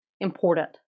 important